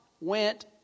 went